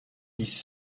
dix